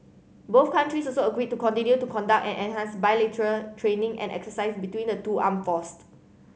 both countries also agreed to continue to conduct and enhance bilateral training and exercise between the two armed forced